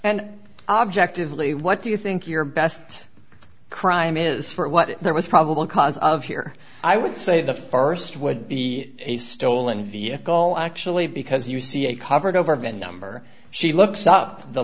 and objectively what do you think your best crime is for what there was probable cause of here i would say the st would be a stolen vehicle actually because you see it covered over vin number she looks up the